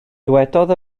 dywedodd